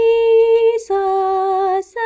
Jesus